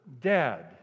dead